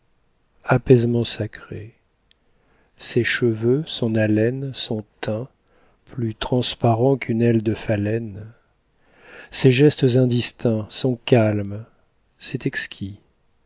apaisement sacré ses cheveux son haleine son teint plus transparent qu'une aile de phalène ses gestes indistincts son calme c'est exquis